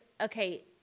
okay